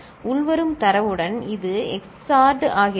உள்வரும் தரவுடன் இது XORed ஆகிறது